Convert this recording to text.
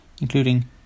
including